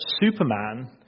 Superman